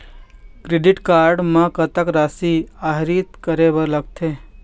Credit card म कतक राशि आहरित करे बर लगथे?